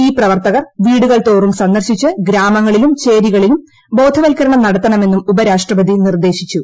ഈ പ്രവർത്തകർ വീടുകൾ തോറും സന്ദർശിച്ച് ഗ്രാമങ്ങളിലും ചേരികളിലും ബോധവത്കരണം നടത്തണമെന്നും ഉപരാ ഷ്ട്രപതി നിർദ്ദേശിച്ചു